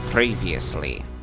Previously